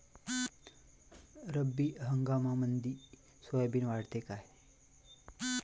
रब्बी हंगामामंदी सोयाबीन वाढते काय?